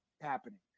happening